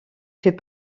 fait